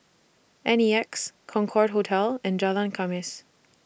N E X Concorde Hotel and Jalan Khamis